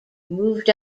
moved